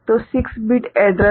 तो 6 bit address